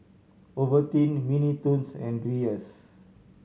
Ovaltine Mini Toons and Dreyers